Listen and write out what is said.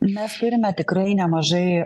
mes turime tikrai nemažai